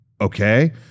Okay